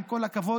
עם כל הכבוד,